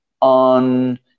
on